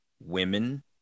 women